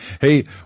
Hey